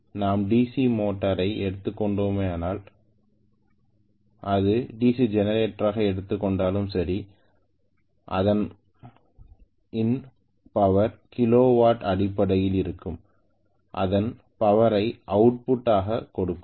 நான் DC motor ஐ எடுத்துக்கொண்டாலும் சரி அல்லது டிசி ஜெனரேட்டரை எடுத்துக்கொண்டாலும் சரி அதன் இன் பவர் கிலோவாட் அடிப்படையில் இருக்கும் அது பவர் ஐ அவுட்புட் ஆக கொடுக்கும்